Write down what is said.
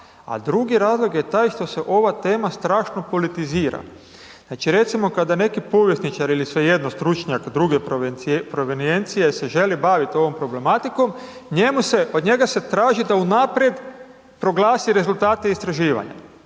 A drugi razlog je taj što se ova tema strašno politizira. Znači, recimo kada neki povjesničar ili svejedno stručnjak druge proveniencije se želi bavit ovom problematikom, od njega se traži da unaprijed proglasi rezultate istraživanja.